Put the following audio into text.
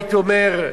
הייתי אומר,